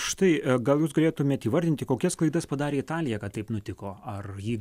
štai gal jus galėtumėt įvardinti kokias klaidas padarė italija kad taip nutiko ar ji